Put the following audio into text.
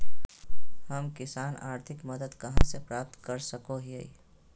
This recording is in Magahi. हम किसान आर्थिक मदत कहा से प्राप्त कर सको हियय?